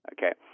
Okay